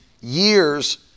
years